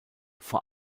vor